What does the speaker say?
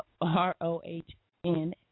R-O-H-N